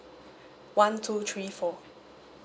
one two three four